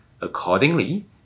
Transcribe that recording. Accordingly